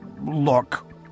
look